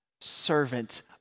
servant